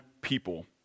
people